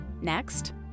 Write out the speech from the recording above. next